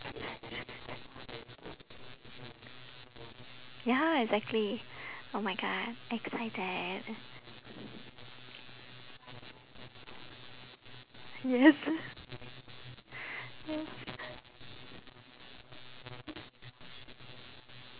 ya exactly oh my god excited yes yes